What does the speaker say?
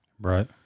right